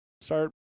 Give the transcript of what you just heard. start